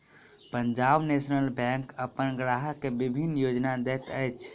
Punjab National Bank अपन ग्राहक के विभिन्न योजना दैत अछि